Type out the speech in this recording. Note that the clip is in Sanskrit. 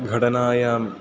घटनायाम्